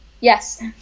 Yes